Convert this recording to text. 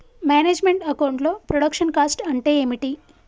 Manage meant account లో production cost అంటే ఏమిటి?